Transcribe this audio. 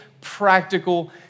practical